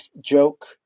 joke